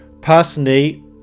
Personally